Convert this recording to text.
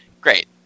Great